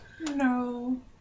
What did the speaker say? no